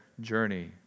journey